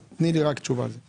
אז תני לי תשובה רק על זה.